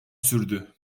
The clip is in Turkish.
sürdü